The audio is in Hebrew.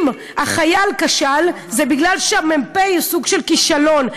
אם החייל כשל זה בגלל שהמ"פ הוא סוג של כישלון,